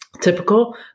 typical